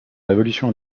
révolution